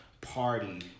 party